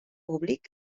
públic